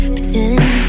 Pretend